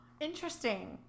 Interesting